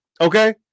Okay